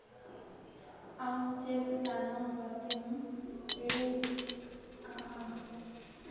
ᱟᱢ ᱪᱮᱫ ᱥᱟᱱᱟᱢ ᱵᱟᱹᱛᱤᱢ ᱤᱲᱤᱡ ᱠᱟᱜᱼᱟ